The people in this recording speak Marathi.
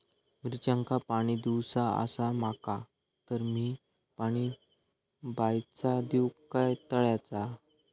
मिरचांका पाणी दिवचा आसा माका तर मी पाणी बायचा दिव काय तळ्याचा?